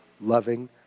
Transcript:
loving